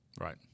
Right